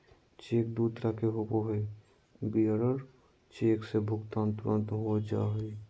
cheque दू तरह के होबो हइ, बियरर चेक से भुगतान तुरंत हो जा हइ